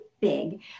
big